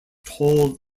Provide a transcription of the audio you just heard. tall